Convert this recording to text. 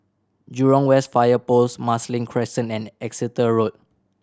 Jurong West Fire Post Marsiling Crescent and Exeter Road